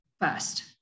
first